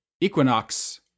equinox